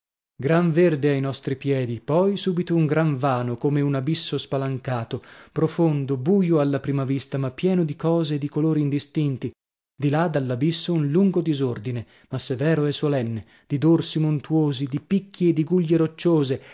gran verde ai nostri piedi poi subito un gran vano come un abisso spalancato profondo buio alla prima vista ma pieno di cose e di colori indistinti di là dall'abisso un lungo disordine ma severo e solenne di dorsi montuosi di picchi e di guglie rocciose